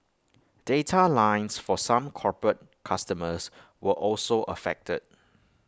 data lines for some corporate customers were also affected